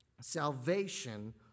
salvation